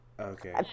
Okay